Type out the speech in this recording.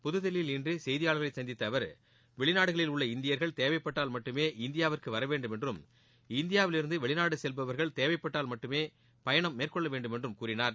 புதுதில்லியில் இன்று செய்தியாளர்களை சந்தித்த அவர் வெளிநாடுகளில் உள்ள இந்தியர்கள் தேவைப்பட்டால் மட்டுமே இந்தியாவிற்கு வரவேண்டும் என்றும் இந்தியாவிலிருந்து வெளிநாடு செவ்பவர்கள் தேவைப்பட்டால் மட்டுமே பயணம் மேற்கொள்ள வேண்டும் என்றும் கூறினார்